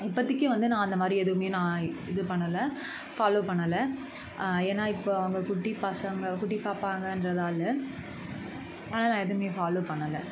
இப்பத்தைக்கி வந்து நான் அந்தமாதிரி எதுவுமே நான் இது பண்ணலை ஃபாலோ பண்ணலை ஏன்னா இப்போ அவங்க குட்டி பசங்கள் குட்டி பாப்பாங்கன்றதால் நான் எதுவுமே ஃபாலோ பண்ணலை